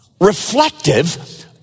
reflective